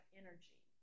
energy